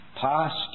past